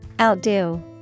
Outdo